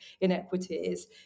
inequities